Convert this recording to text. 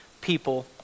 people